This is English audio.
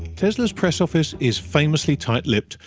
tesla's press office is famously tight lipped,